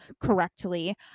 correctly